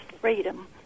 freedom